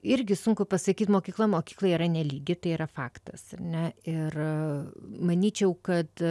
irgi sunku pasakyt mokykla mokyklai yra nelygi tai yra faktas ar ne ir manyčiau kad